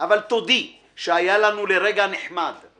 אבל תודי שהיה לנו לרגע נחמד/